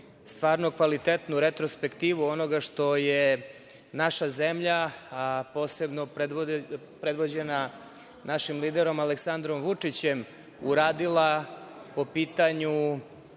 stvarnu kvalitetnu retrospektivu onoga što je naša zemlja, a posebno predvođena našim liderom Aleksandrom Vučićem, uradila po pitanju